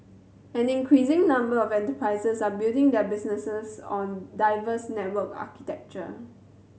an increasing number of enterprises are building their business on diverse network architecture